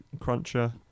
cruncher